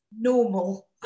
normal